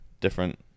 different